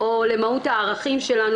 או למהות הערכים שלנו,